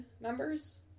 members